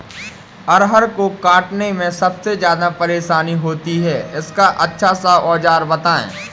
अरहर को काटने में सबसे ज्यादा परेशानी होती है इसका अच्छा सा औजार बताएं?